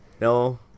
No